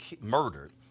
murdered